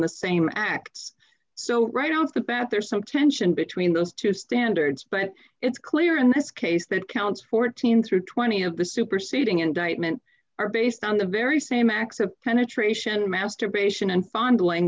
the same acts so right off the bat there's some tension between those two standards but it's clear in this case that counts fourteen through twenty of the superseding indictment are based on the very same acts of penetration masturbation and fondling